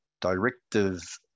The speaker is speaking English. directive